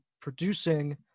producing